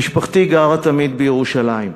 משפחתי גרה תמיד בירושלים.